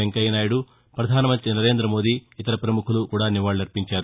వెంకయ్యనాయుడు ప్రధానమంత్రి నరేందమోదీ ఇతర ప్రముఖులు కూడా నివాళులర్పించారు